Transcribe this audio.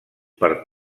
per